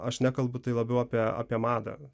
aš nekalbu tai labiau apie apie madą